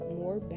more